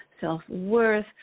self-worth